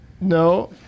No